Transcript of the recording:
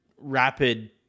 rapid